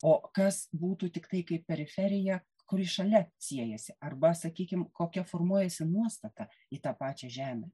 o kas būtų tiktai kaip periferija kuri šalia siejasi arba sakykim kokia formuojasi nuostata į tą pačią žemę